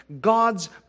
God's